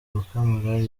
gukemura